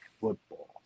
football